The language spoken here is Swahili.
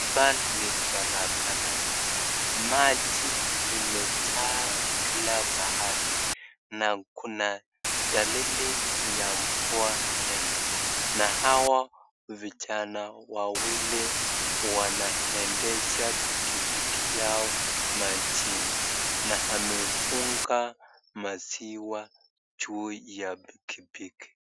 Hapa ni barabara maji imejaa kila pahali na kuna dalili ya mvua tena, na hawa vijana wawili wanaendesha pikipiki yao majini na wamefunga maziwa juu ya pikipiki.